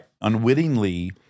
unwittingly